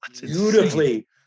beautifully